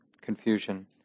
confusion